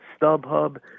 StubHub